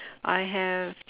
I have